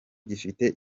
gifite